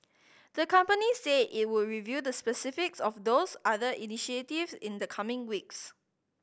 the company said it would reveal the specifics of those other initiatives in the coming weeks